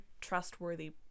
trustworthy